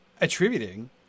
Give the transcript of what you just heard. attributing